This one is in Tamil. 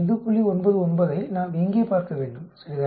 99 ஐ நாம் இங்கே பார்க்க வேண்டும் சரிதானே